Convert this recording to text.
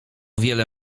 wiele